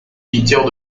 unitaire